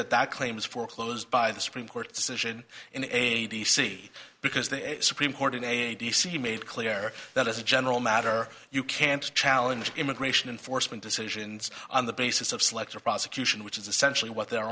that that claims foreclosed by the supreme court's decision in a d c because the a supreme court in a d c made clear that as a general matter you can't challenge immigration enforcement decisions on the basis of selective prosecution which is essentially what they're